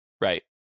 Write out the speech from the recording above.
Right